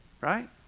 Right